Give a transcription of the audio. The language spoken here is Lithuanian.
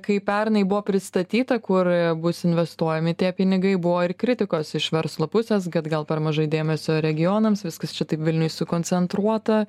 kai pernai buvo pristatyta kur bus investuojami tie pinigai buvo ir kritikos iš verslo pusės kad gal per mažai dėmesio regionams viskas čia taip vilniuj sukoncentruota